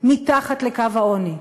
מתחת לקו העוני.